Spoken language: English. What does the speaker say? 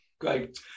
Great